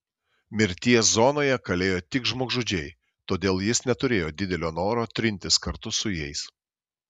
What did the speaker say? mirties zonoje kalėjo tik žmogžudžiai todėl jis neturėjo didelio noro trintis kartu su jais